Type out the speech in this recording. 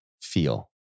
feel